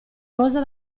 cosa